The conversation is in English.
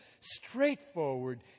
straightforward